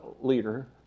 leader